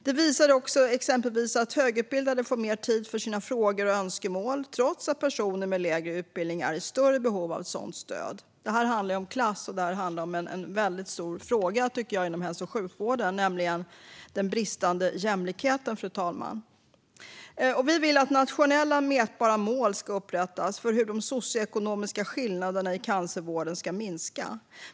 Det visar sig också att högutbildade får mer tid för sina frågor och önskemål, trots att personer med lägre utbildning är i större behov av sådant stöd. Det handlar om klass och om en väldigt stor fråga inom hälso och sjukvården: den bristande jämlikheten, fru talman. Vi vill att nationella mätbara mål ska upprättas för hur de socioekonomiska skillnaderna i cancervården ska minska.